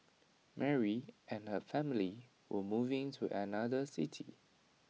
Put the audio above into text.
Mary and her family were moving to another city